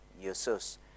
Jesus